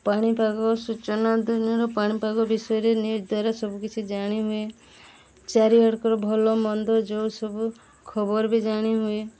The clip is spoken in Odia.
ପାଣିପାଗ ସୂଚନା ଦୁନିଆର ପାଣିପାଗ ବିଷୟରେ ନ୍ୟୁଜ୍ ଦ୍ୱାରା ସବୁକିଛି ଜାଣିହୁୁଏ ଚାରିଆଡ଼କର ଭଲମନ୍ଦ ଯେଉଁ ସବୁ ଖବର ବି ଜାଣିହୁୁଏ